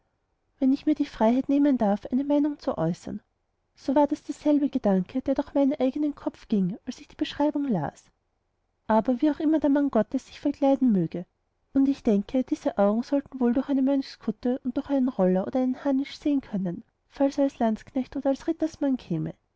wenn ich mir die freiheit nehmen darf eine meinung zu äußern so war das derselbe gedanke der durch meinen eigenen kopf ging als ich die beschreibung las aber wie auch immer der mann gottes sich verkleiden möge und ich denke diese augen sollten wohl durch eine mönchskutte und durch einen roller oder einen harnisch sehen können falls er als landsknecht oder als rittersmann käme